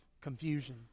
confusion